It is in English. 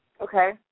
Okay